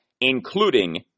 including